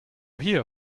hier